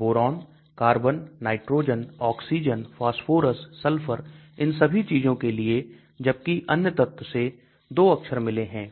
boron carbon nitrogen oxygen phosphorus sulphur इन सभी चीजों के लिए जबकि अन्य तत्व से दो अक्षर मिले हैं